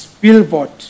billboard